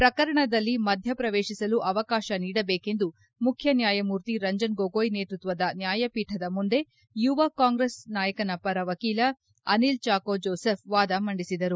ಪ್ರಕರಣದಲ್ಲಿ ಮಧ್ಯಪ್ರವೇತಿಸಲು ಅವಕಾಶ ನೀಡಬೇಕೆಂದು ಮುಖ್ಜನ್ಯಾಯಮೂರ್ತಿ ರಂಜನ್ ಗೊಗೊಯ್ ನೇತೃತ್ವದ ನ್ಯಾಯಪೀಠದ ಮುಂದೆ ಯುವ ಕಾಂಗ್ರೆಸ್ ನಾಯಕನ ಪರ ವಕೀಲ ಅನಿಲ್ ಚಾಕೋ ಜೋಸೆಫ್ ವಾದ ಮಂಡಿಸಿದರು